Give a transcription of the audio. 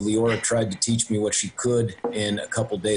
ליאורה ניסתה ללמד אותי מה שהיא יכלה בכמה ימים,